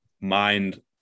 mind